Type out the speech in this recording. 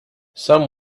some